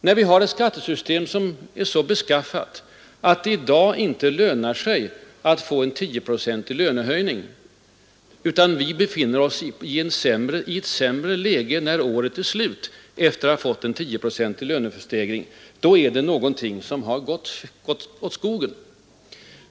När vi har ett skattesystem som är så beskaffat att det i dag inte lönar sig att få en 10-procentig lönehöjning och att vi i stället befinner oss i ett sämre läge när året är slut, då har någonting gått åt skogen.